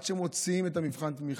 עד שמוציאים את מבחן התמיכה,